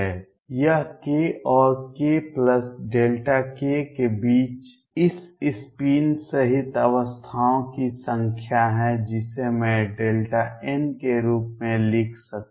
यह k और kΔk के बीच इस स्पिन सहित अवस्थाओं की संख्या है जिसे मैं N के रूप में लिख सकता हूं